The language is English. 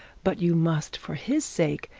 but you must, for his sake,